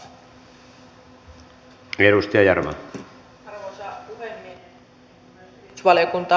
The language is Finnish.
arvoisa puhemies